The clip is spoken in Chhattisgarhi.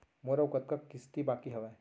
मोर अऊ कतका किसती बाकी हवय?